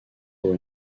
pour